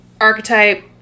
archetype